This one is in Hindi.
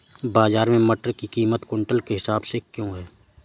बाजार में मटर की कीमत क्विंटल के हिसाब से क्यो है?